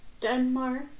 Denmark